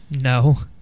No